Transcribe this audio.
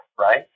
right